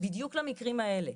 בדיוק למקרים האלה,